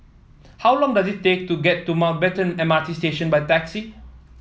how long does it take to get to Mountbatten M R T Station by taxi